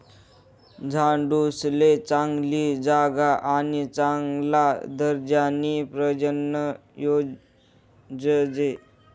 झाडूसले चांगली जागा आणि चांगला दर्जानी प्रजनन जोयजे